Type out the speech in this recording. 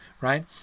right